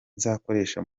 nzakoresha